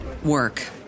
work